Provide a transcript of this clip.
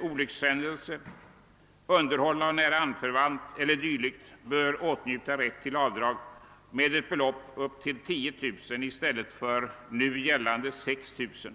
olyckshändelse, underhåll av nära anförvant eller dylikt, bör åtnjuta rätt till avdrag med ett belopp upp till 10 000 kr. i stället för enligt nu gällande regler 6 000 kr.